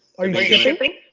are you shipping?